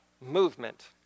movement